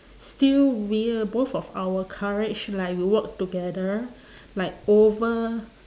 still we're both of our courage like we work together like over